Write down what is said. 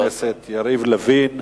תודה לחבר הכנסת יריב לוין.